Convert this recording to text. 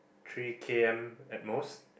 three K_M at most